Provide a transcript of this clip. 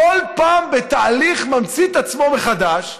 כל פעם, בתהליך, ממציא את עצמו מחדש.